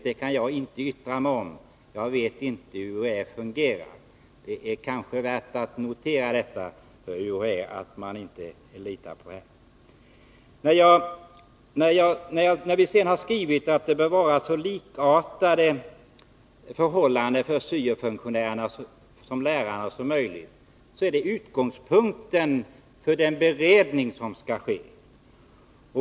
Det kan jag inte yttra mig om, eftersom jag inte vet hur UHÄ fungerar på den punkten. Det är dock kanske värt att notera för UHÄ vad som här sagts. Vi har vidare skrivit att det för syo-funktionärerna bör vara med lärarnas arbetsförhållanden så likartade förhållanden som möjligt, och det är utgångspunkten för den beredning som skall ske.